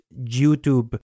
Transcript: YouTube